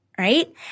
Right